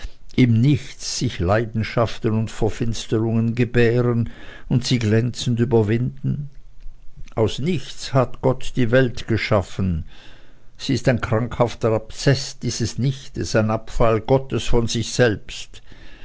im nichts sich leidenschaften und verfinsterungen gebären und sie glänzend überwinden aus nichts hat gott die welt geschaffen sie ist ein krankhafter abszeß dieses nichtses ein abfall gottes von sich selbst